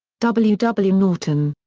w w. norton.